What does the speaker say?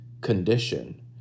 condition